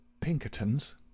Pinkertons